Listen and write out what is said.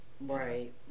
Right